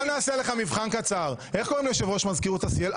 בוא נעשה לך מבחן קצר: איך קוראים ליושב-ראש מזכירות עשהאל?